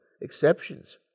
exceptions